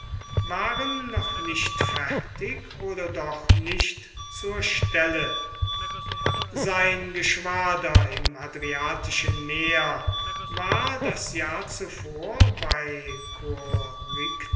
waren noch nicht fertig oder doch nicht zur stelle sein geschwader im adriatischen meer war das jahr zuvor bei